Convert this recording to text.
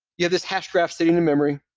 you have this hash graph sitting in memory,